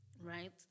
right